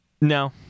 No